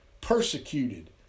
Persecuted